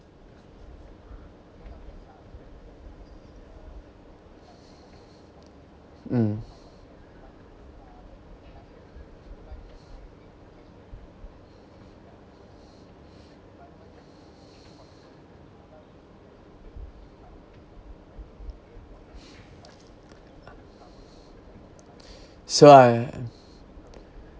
mm so I